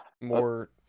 more